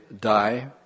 die